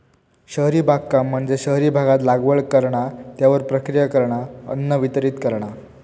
शहरी बागकाम म्हणजे शहरी भागात लागवड करणा, त्यावर प्रक्रिया करणा, अन्न वितरीत करणा